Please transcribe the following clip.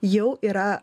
jau yra